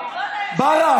ברא.